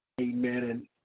Amen